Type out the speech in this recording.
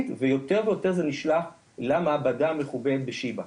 ויותר ויותר זה נשלח למעבדה בשיבא.